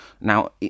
Now